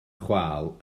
chwâl